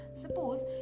Suppose